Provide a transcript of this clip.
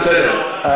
בסדר.